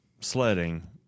sledding